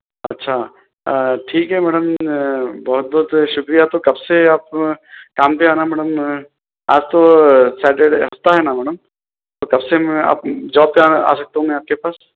اچھا ٹھیک ہے میڈم بہت بہت شکریہ تو کب سے اب کام پہ آنا ہے میڈم آج تو سٹرڈے ہفتہ ہے نا میڈم تو کب سے آپ جاب پہ آ سکتا ہوں آپ کے پاس